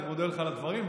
אני מודה לך על הדברים,